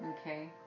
Okay